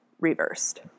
reversed